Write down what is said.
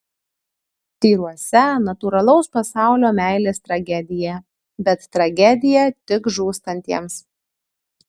tyruose natūralaus pasaulio meilės tragedija bet tragedija tik žūstantiems